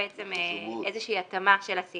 בעצם להרחיב את זה.